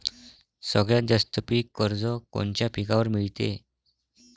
सगळ्यात जास्त पीक कर्ज कोनच्या पिकावर मिळते?